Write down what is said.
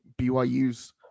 BYU's